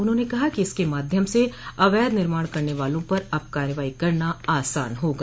उन्होंने कहा कि इसके माध्यम से अवैध निर्माण करने वालों पर अब कार्रवाई करना आसान होगा